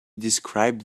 described